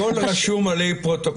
הכול רשום עלי פרוטוקול הקודם.